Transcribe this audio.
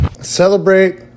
Celebrate